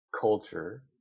culture